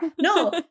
No